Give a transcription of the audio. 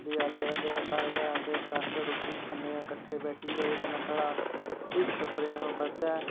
दियाली आह्ले दिन साढ़े घार आंदे ते अस रूट्टी आह्ले दिन खन्ने आं कट्ठे बैठिये ते कन्नै साढ़ा हिरख प्रेम बधदा